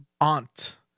aunt